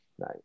Right